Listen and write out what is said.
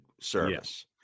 service